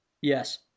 Yes